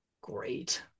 great